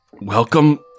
welcome